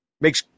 Makes